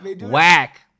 whack